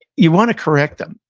you want to correct them.